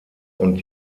und